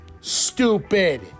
Stupid